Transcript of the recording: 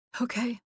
Okay